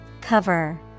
Cover